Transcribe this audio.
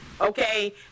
okay